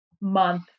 month